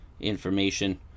information